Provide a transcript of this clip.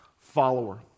follower